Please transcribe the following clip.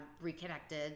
reconnected